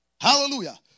Hallelujah